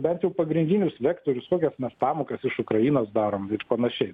bent jau pagrindinius vektorius kokias nors pamokas iš ukrainos darom vis panašiai